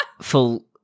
full